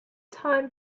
time